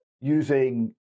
using